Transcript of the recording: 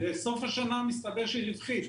בסוף השנה מסתבר שהיא רווחית,